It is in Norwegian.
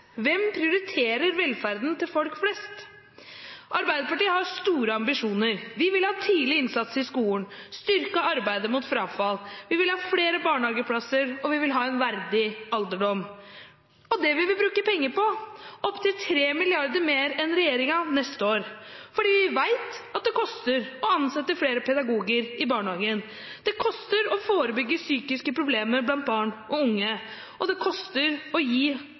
Hvem prioriterer velferden til folk flest? Arbeiderpartiet har store ambisjoner. Vi vil ha tidlig innsats i skolen, styrke arbeidet mot frafall, vi vil ha flere barnehageplasser, og vi vil ha en verdig alderdom. Det vil vi bruke penger på, opp til 3 mrd. kr mer enn regjeringen neste år, fordi vi vet at det koster å ansette flere pedagoger i barnehagen, det koster å forebygge psykiske problemer blant barn og unge, og det koster å gi